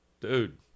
Dude